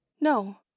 no